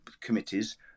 committees